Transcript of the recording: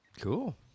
Cool